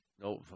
No